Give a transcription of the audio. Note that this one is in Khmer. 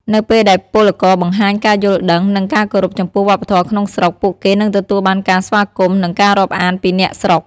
នៅពេលដែលពលករបង្ហាញការយល់ដឹង និងការគោរពចំពោះវប្បធម៌ក្នុងស្រុក ពួកគេនឹងទទួលបានការស្វាគមន៍ និងការរាប់អានពីអ្នកស្រុក។